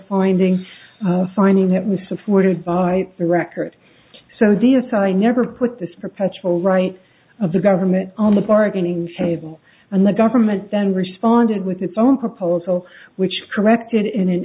finding finding that was supported by the record so the aside i never put this perpetual right of the government on the bargaining table and the government then responded with its own proposal which corrected in an